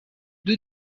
deux